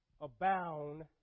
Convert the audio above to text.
abound